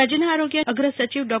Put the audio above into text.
રાજયના આરોગ્ય અગ્ર સચિવ ડો